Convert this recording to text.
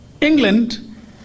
England